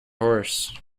horse